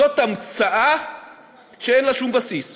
זאת המצאה שאין לה שום בסיס.